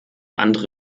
andere